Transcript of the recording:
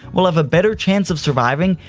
will have a better chance of surviving,